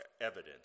evidence